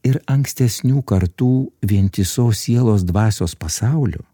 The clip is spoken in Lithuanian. ir ankstesnių kartų vientisos sielos dvasios pasaulių